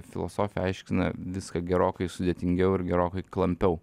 filosofija aiškina viską gerokai sudėtingiau ir gerokai klampiau